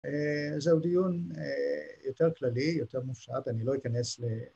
‫אז זהו דיון יותר כללי, יותר מופשט, ‫אני לא אכנס ל...